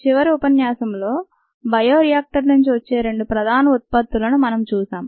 చివరి ఉపన్యాసంలో bio reactor నుండి వచ్చే రెండు ప్రధాన ఉత్పత్తులను మనం చూశాం